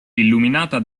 illuminata